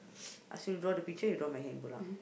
ask you draw the picture you draw my hand